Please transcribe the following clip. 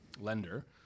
lender